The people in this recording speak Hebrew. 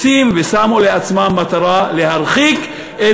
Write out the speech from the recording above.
רוצים ושמו לעצמם מטרה להרחיק את